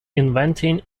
inventing